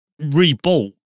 rebuilt